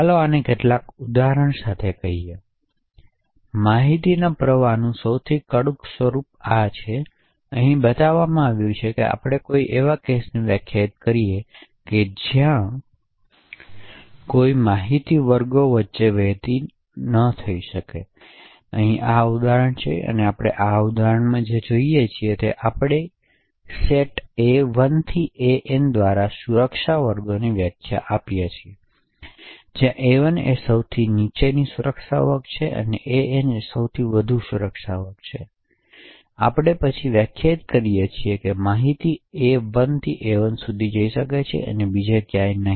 ચાલો આને કેટલાક ઉદાહરણો સાથે કહીએ તેથી માહિતીના પ્રવાહનું સૌથી કડક સ્વરૂપ લેશે અને બતાવશે કે આપણે કોઈ એવા કેસને કેવી રીતે વ્યાખ્યાયિત કરી શકીએ કે જ્યાં કોઈ માહિતી વર્ગો વચ્ચે વહેતી ન થઈ શકે તેથી અહીં આ ઉદાહરણ છે અને આપણે આ ઉદાહરણમાં જે જોઈએ છીએ તે છે આપણે એ A1 થી AN સેટ દ્વારા સુરક્ષા વર્ગોની વ્યાખ્યા આપીએ છીએ જ્યાં A1 એ સૌથી નીચો સુરક્ષા વર્ગ છે અને AN સૌથી વધુ સુરક્ષા વર્ગ છે પછી આપણે વ્યાખ્યાયિત કરીએ છીએ કે માહિતી AI થી AI સુધી જઇ શકે છે અને બીજે ક્યાંય નહીં